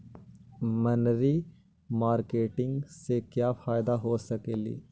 मनरी मारकेटिग से क्या फायदा हो सकेली?